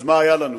אז מה היה לנו?